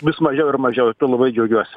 vis mažiau ir mažiau ir tuo labai džiaugiuosi